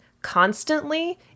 constantly